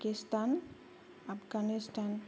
Pakistan Afghanistan